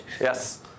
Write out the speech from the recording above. Yes